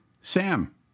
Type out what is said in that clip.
Sam